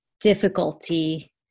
difficulty